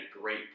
great